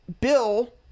Bill